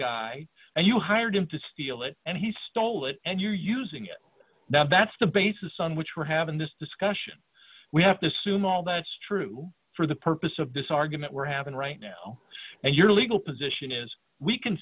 guy and you hired him to steal it and he stole it and you're using it that that's the basis on which we're having this discussion we have to assume all that's true for the purpose of this argument we're having right now and your legal position is we can